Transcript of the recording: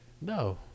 No